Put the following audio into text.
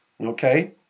Okay